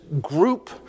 group